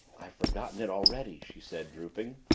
i've forgotten it already, she said, drooping.